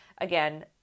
again